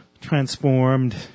Transformed